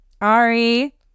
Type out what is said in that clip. Ari